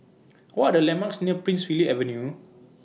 What Are The landmarks near Prince Philip Avenue